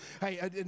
hey